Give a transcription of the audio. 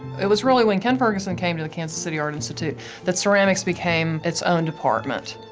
it was really when ken ferguson came to the kansas city art institute that ceramics became its own department.